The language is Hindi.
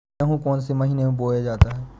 गेहूँ कौन से महीने में बोया जाता है?